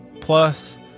Plus